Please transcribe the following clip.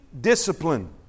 discipline